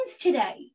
today